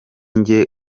njye